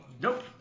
Nope